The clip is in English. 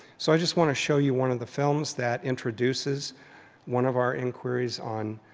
so i just want to show you one of the films that introduces one of our inquiries on